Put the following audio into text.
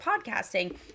podcasting